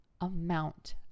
amount